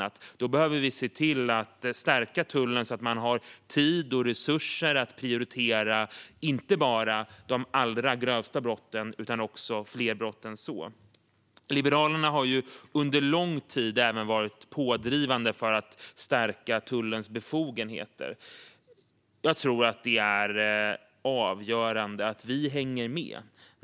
Därför behöver vi stärka tullen så att man har tid och resurser att prioritera inte bara de allra grövsta brotten utan fler brott än så. Liberalerna har under lång tid även varit pådrivande för att stärka tullens befogenheter. Jag tror att det är avgörande att vi hänger med.